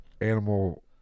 animal